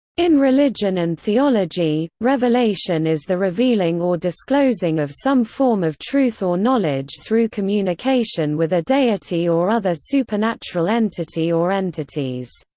in religion and theology, revelation is the revealing or disclosing of some form of truth or knowledge through communication with a deity or other supernatural entity or entities.